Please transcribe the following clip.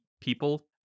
people